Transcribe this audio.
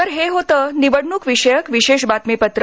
तर हे होतं निवडणूकविषयक विशेष बातमीपत्र